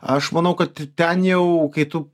aš manau kad t ten jau kai tu